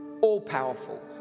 all-powerful